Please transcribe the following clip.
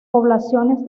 poblaciones